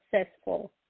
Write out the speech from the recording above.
successful